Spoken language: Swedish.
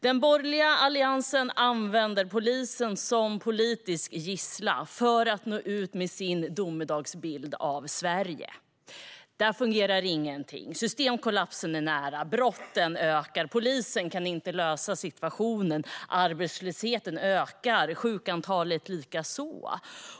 Den borgerliga alliansen använder polisen som politisk gisslan för att nå ut med sin domedagsbild av Sverige. Där fungerar ingenting - systemkollapsen är nära. Brotten ökar, och polisen kan inte lösa situationen. Arbetslösheten ökar, sjuktalet likaså.